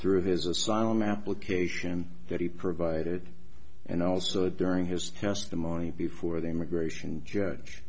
through his asylum application that he provided and also during his testimony before the immigration judge